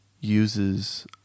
uses